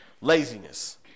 Laziness